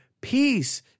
peace